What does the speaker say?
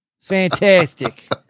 fantastic